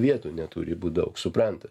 vietų neturi būt daug suprantat